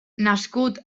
nascut